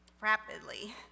rapidly